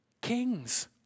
kings